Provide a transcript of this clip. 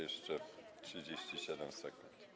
Jeszcze 37 sekund.